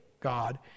God